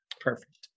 perfect